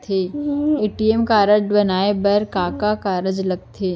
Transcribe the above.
ATM card बनवाये बर का का कागज लगथे?